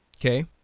Okay